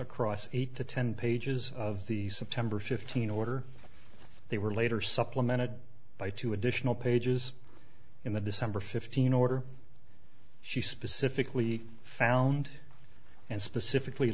across eight to ten pages of the september fifteen order they were later supplemented by two additional pages in the december fifteen order she specifically found and specifically